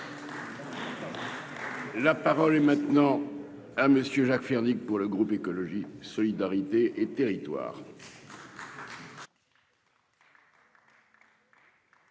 La parole est maintenant à monsieur Jacques Fernique, pour le groupe Écologie solidarité et territoires.